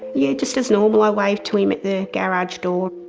yeah, just as normal, i waved to him at the garage door.